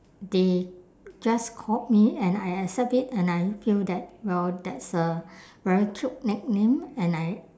they just called me and I accept it and I feel that well that's a very cute nickname and I